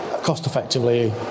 cost-effectively